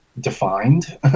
defined